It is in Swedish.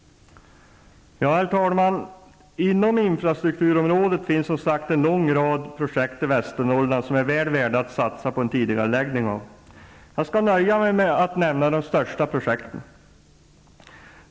Herr talman! Inom infrastrukturområdet finns det som sagt en lång rad projekt i Västernorrland som är väl värda att tidigarelägga. Jag nöjer mig här med att nämna de största projekten.